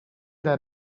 that